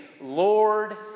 Lord